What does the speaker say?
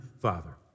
father